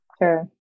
Sure